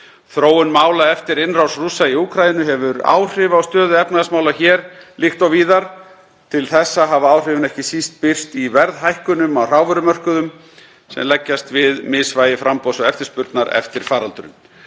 Þróun mála eftir innrás Rússa í Úkraínu hefur áhrif á stöðu efnahagsmála hér líkt og víðar. Til þessa hafa áhrifin ekki síst birst í verðhækkunum á hrávörumörkuðum, sem leggjast við misvægi framboðs og eftirspurnar eftir faraldurinn.